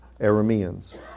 Arameans